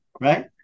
right